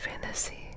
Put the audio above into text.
fantasy